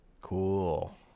Cool